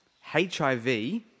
HIV